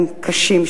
תנאים קשים,